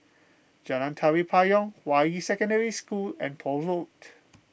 Jalan Tari Payong Hua Yi Secondary School and Poole Road